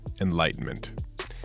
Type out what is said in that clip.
enlightenment